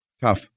Tough